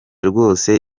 rwose